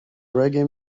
reggae